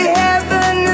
heaven